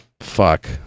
fuck